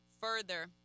further